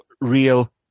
real